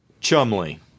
Chumley